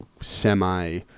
semi-